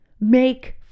make